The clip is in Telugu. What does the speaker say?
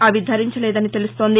అవి ధరించలేదని తెలస్తోంది